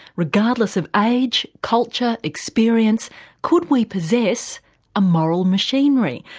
regardless of age, culture, experience could we possess a moral machinery,